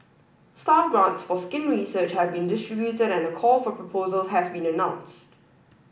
staff grants for skin research have been distributed and a call for proposals has been announced